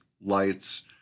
lights